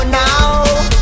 now